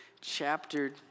chapter